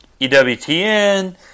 EWTN